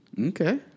okay